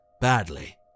badly